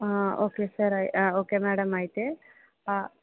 okay sir okay madam అయితే